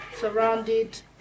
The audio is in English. surrounded